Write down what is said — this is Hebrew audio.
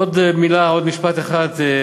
עוד משפט אחד.